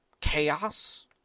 chaos